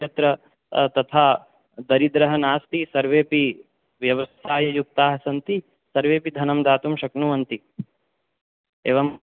तत्र तथा दरिद्रः नास्ति सर्वेपि व्यवस्थाययुक्ताः सन्ति सर्वेपि धनं दातुं शक्नुवन्ति एवं